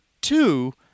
two